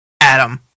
Adam